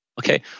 Okay